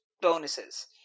bonuses